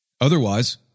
Otherwise